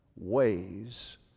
ways